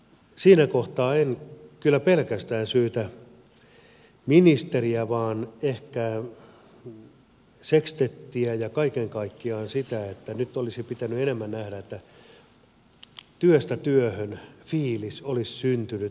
siinä kohtaa en kyllä syytä pelkästään ministeriä vaan ehkä sekstettiä ja kaiken kaikkiaan sitä että nyt olisi pitänyt enemmän nähdä että työstä työhön fiilis olisi syntynyt myös koulutuksen sektorille